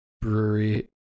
brewery